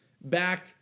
Back